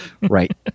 Right